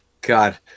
god